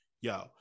yo